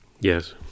Yes